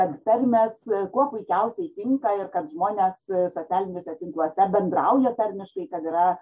kad tarmės kuo puikiausiai tinka ir kad žmonės socialiniuose tinkluose bendrauja tarmiškai kad yra